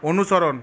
অনুসরণ